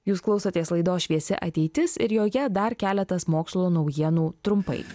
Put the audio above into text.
jūs klausotės laidos šviesi ateitis ir joje dar keletas mokslo naujienų trumpai